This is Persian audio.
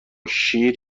شیر